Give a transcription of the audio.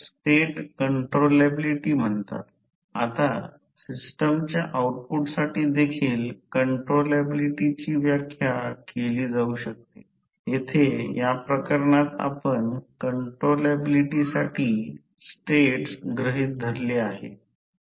आणि जर X 1 असेल तर आउटपुट पूर्ण भार आउटपुट किंवा अन्यथा X बदलल्यास नैसर्गिकरित्या आउटपुट बदलू शकते आणि ते ट्रान्सफॉर्मरसाठी होते कारण दिवसभर भार बदलत आहे